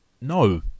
No